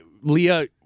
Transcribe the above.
Leah